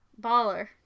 baller